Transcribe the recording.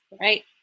right